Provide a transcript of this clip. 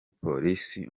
polisi